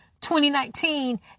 2019